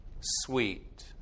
sweet